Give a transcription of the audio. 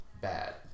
bad